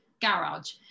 garage